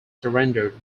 surrendered